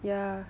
ya